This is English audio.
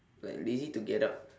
like lazy to get up